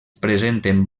presenten